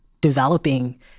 developing